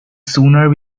sooner